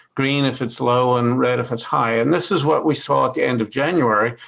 green if it's low and red if it's high. and this is what we saw at the end of january.